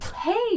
Hey